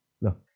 look